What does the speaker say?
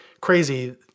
crazy